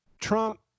Trump